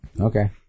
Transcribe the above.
Okay